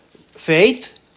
faith